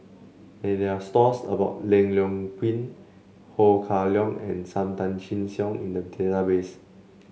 there stores about Leong Yoon Pin Ho Kah Leong and Sam Tan Chin Siong in the database